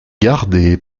gardée